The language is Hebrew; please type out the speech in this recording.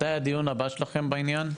מתי הדיון הבא שלכם בעניין?